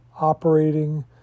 operating